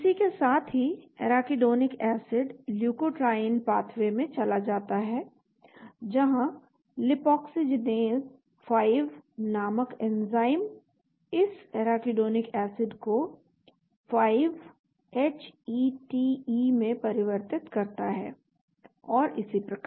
इसी के साथ ही एराकिडोनिक एसिड ल्यूकोट्राईइन पाथवे में चला जाता है जहां लिपोक्सिजीनेज़ 5 नामक एंजाइम इस एराकिडोनिक एसिड को 5 एचईटीई में परिवर्तित करता है और इसी प्रकार